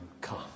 come